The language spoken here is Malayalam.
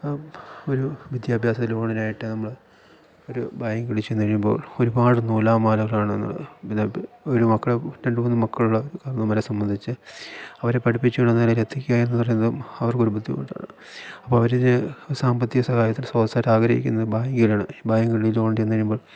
ഒരു വിദ്യാഭ്യാസ ലോണിനായിട്ട് നമ്മൾ ഒരു ബാങ്കുകളില് ചെന്നു കഴിയുമ്പോൾ ഒരുപാട് നൂലാമാലകളാണ് എന്നുള്ളത് പിന്നെ ഒരു മക്കൾ രണ്ടു മൂന്ന് മക്കളുള്ള കാര്ന്നവന്മാരെ സംബന്ധിച്ച് അവരെ പഠിപ്പിച്ചുകൊണ്ടുവന്നു നിലയിൽ എത്തിക്കുക എന്നു പറയുന്നത് അവർക്കൊരു ബുദ്ധിമുട്ടാണ് അപ്പം അവരൊരു സാമ്പത്തിക സഹായത്തിന് സോഴ്സായിട്ട് ആഗ്രഹിക്കുന്നത് ബാങ്കുകളെയാണ് ഈ ബാങ്കുകളിൽ ലോണിട്ട് ചെന്നു കഴിയുമ്പോൾ